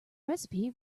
recipe